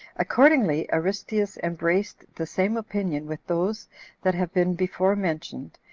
accordingly aristeus embraced the same opinion with those that have been before mentioned,